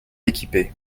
équipées